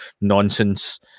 nonsense